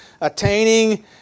attaining